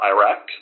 Iraq